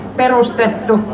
perustettu